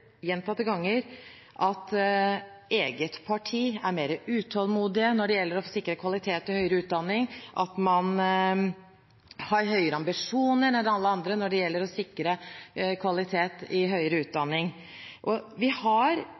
eget parti er mer utålmodig når det gjelder å sikre kvalitet i høyere utdanning, at de har høyere ambisjoner enn alle andre når det gjelder å sikre kvalitet i høyere utdanning. Vi har kanskje et litt ulikt syn på hva som skal prioriteres, vi har